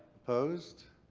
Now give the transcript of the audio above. opposed.